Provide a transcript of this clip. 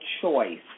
choice